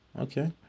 okay